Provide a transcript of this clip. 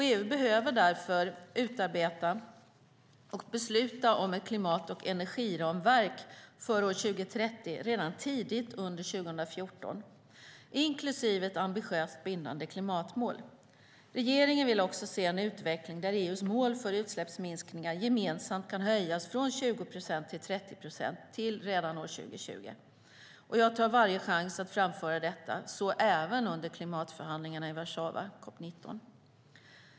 EU behöver därför utarbeta och besluta om ett klimat och energiramverk för år 2030 redan tidigt under 2014, inklusive ett ambitiöst bindande klimatmål. Regeringen vill också se en utveckling där EU:s mål för utsläppsminskningar gemensamt kan höjas från 20 procent till 30 procent redan till 2020. Jag tar varje chans att framföra detta, så även under klimatförhandlingarna i Warszawa, COP 19.